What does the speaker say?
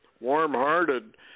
warm-hearted